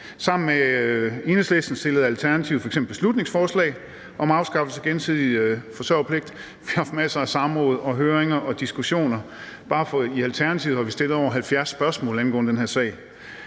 Sammen med Enhedslisten fremsatte Alternativet f.eks. beslutningsforslag om afskaffelse af gensidig forsørgerpligt. Vi har haft masser af samråd og høringer og diskussioner. Bare i Alternativet har vi stillet over 70 spørgsmål angående den her sag.